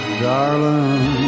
darling